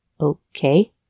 okay